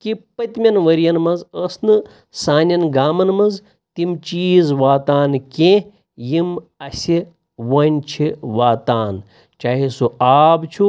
کہِ پٔتمٮ۪ن ؤرۍ یَن منٛز ٲس نہٕ سانٮ۪ن گامَن منٛز تِم چیٖز واتان کینٛہہ یِم اَسہِ وۄنۍ چھِ واتان چاہے سُہ آب چھُ